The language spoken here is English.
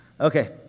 Okay